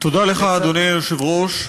תודה לך, אדוני היושב-ראש,